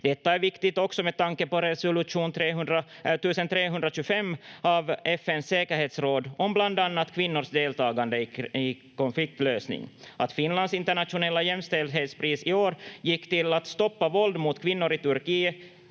Detta är viktigt också med tanke på resolution 1325 av FN:s säkerhetsråd, om bland annat kvinnors deltagande i konfliktlösning. Att Finlands internationella jämställdhetspris i år gick till att stoppa våld mot kvinnor i Turkiet